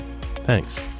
Thanks